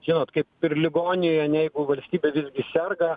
žinot kaip ir ligoniai ane jeigu valstybė visgi serga